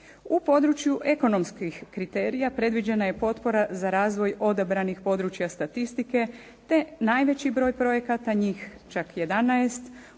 U području ekonomskih kriterija predviđena je potpora za razvoj odabranih područja statistike te najveći broj projekata, njih čak 11